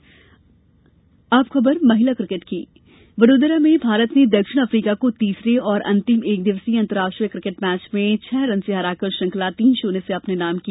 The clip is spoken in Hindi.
महिला क्रिकेट अब खबर महिला क्रिकेट की वडोदरा में भारत ने दक्षिण अफ्रीका को तीसरे और अंतिम एक दिवसीय अंतर्राष्ट्रीय क्रिकेट मैच में छह रन से हराकर श्रृंखला तीन शून्य से अपने नाम की